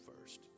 first